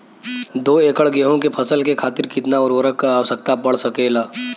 दो एकड़ गेहूँ के फसल के खातीर कितना उर्वरक क आवश्यकता पड़ सकेल?